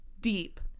Deep